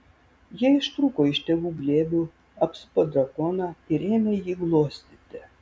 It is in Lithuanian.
jie ištrūko iš tėvų glėbių apsupo drakoną ir ėmė jį glostyti